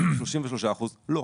33 לא,